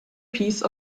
piece